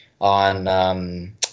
on –